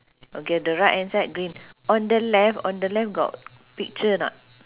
okay the right hand side green on the left on the left got picture or not